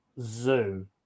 Zoo